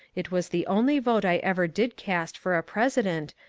it was the only vote i ever did cast for a president,